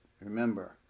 remember